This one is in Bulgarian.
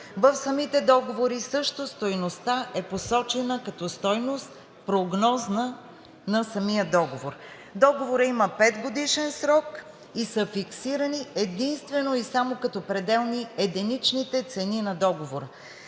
В самите договори също стойността е посочена като стойност – прогнозна, на самия договор. Договорът има петгодишен срок и са фиксирани единствено и само като пределни единичните цени на договора.